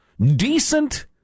decent